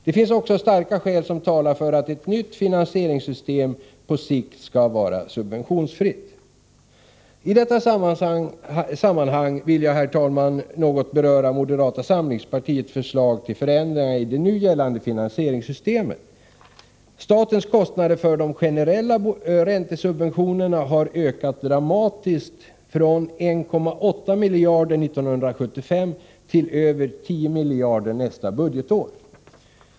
Det finns också starka skäl som talar för att ett nytt finansieringssystem på sikt skall vara subventionsfritt. I detta sammanhang vill jag, herr talman, något beröra moderata samlingspartiets förslag till förändringar i det nu gällande finansieringssystemet. Statens kostnader för de generella räntesubventionerna har ökat dramatiskt från 1,8 miljarder 1975 till över 10 miljarder nästa budgetår.